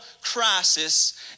crisis